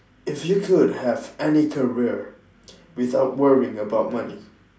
if you could have any career without worrying about money